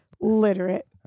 literate